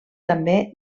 també